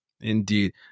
Indeed